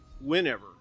whenever